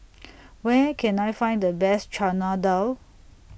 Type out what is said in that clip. Where Can I Find The Best Chana Dal